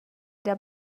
der